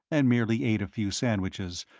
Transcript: and merely ate a few sandwiches,